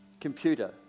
computer